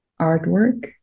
artwork